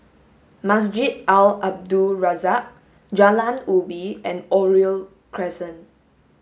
Masjid Al Abdul Razak Jalan Ubi and Oriole Crescent